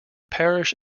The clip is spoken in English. parish